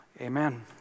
Amen